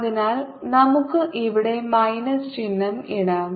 അതിനാൽ നമുക്ക് ഇവിടെ മൈനസ് ചിഹ്നം ഇടാം